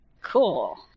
Cool